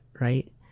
right